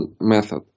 method